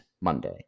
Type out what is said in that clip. Monday